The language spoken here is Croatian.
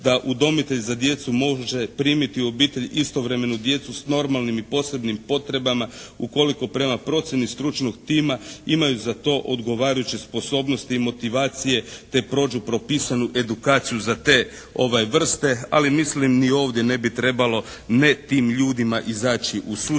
da udomitelj za djecu može primiti u obitelj istovremeno djecu s normalnim i posebnim potrebama ukoliko prema procjeni stručnog tima imaju za to odgovarajuće sposobnosti i motivacije te prođu propisanu edukaciju za te vrste. Ali mislim ni ovdje ne bi trebalo ne tim ljudima izaći u susret.